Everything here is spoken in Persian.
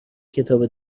کتاب